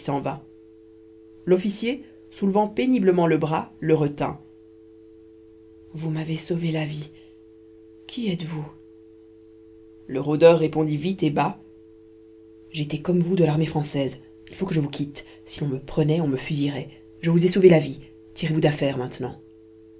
s'en va l'officier soulevant péniblement le bras le retint vous m'avez sauvé la vie qui êtes-vous le rôdeur répondit vite et bas j'étais comme vous de l'armée française il faut que je vous quitte si l'on me prenait on me fusillerait je vous ai sauvé la vie tirez vous d'affaire maintenant